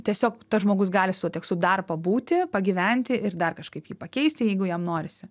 tiesiog tas žmogus gali su tuo tekstu dar pabūti pagyventi ir dar kažkaip jį pakeisti jeigu jam norisi